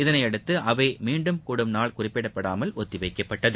இதனையடுத்து அவை மீண்டும் கூடும் நாள் குறிப்பிடப்படாமல் ஒத்திவைக்கப்பட்டது